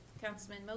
Councilman